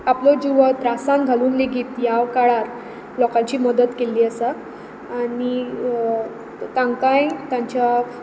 आपल्या जीवाक त्रासान घालून लेगीत ह्या काळार लोकांची मदत केल्ली आसा आनी तांकांय तांच्या